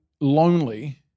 lonely